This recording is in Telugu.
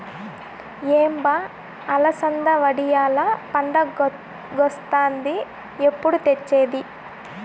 ఏం బా అలసంద వడియాల్ల పండగొస్తాంది ఎప్పుడు తెచ్చేది